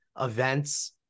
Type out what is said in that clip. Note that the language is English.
events